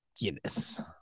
Guinness